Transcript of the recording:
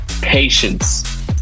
patience